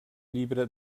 llibre